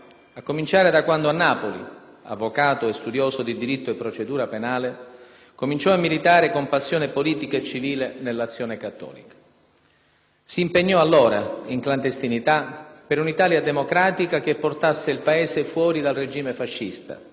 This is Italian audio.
a cominciare da quando a Napoli, avvocato e studioso di diritto e procedura penale, cominciò a militare con passione politica e civile nell'Azione cattolica. Si impegnò allora, in clandestinità, per un'Italia democratica che portasse il Paese fuori dal regime fascista,